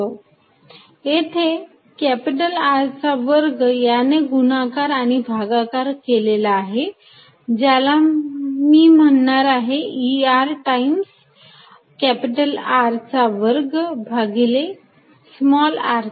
मी येथे R चा वर्ग याने गुणाकार आणि भागाकार केलेला आहे ज्याला मी म्हणणार आहे E R टाइम्स R चा वर्ग भागिले r चा वर्ग